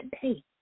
today